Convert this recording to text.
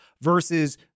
versus